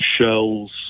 shells